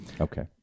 Okay